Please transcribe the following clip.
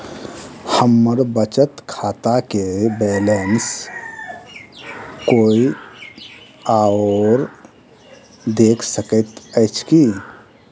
हम्मर बचत खाता केँ बैलेंस कोय आओर देख सकैत अछि की